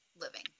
living